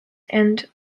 and